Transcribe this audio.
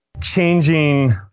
changing